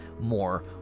more